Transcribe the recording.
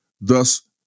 Thus